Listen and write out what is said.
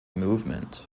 movement